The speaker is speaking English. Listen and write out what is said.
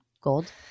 gold